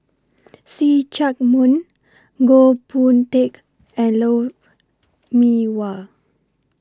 See Chak Mun Goh Boon Teck and Lou Mee Wah